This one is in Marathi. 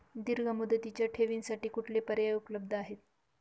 दीर्घ मुदतीच्या ठेवींसाठी कुठले पर्याय उपलब्ध आहेत?